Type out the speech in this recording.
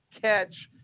catch